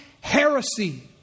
heresy